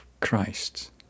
Christ